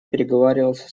переговаривался